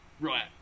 Right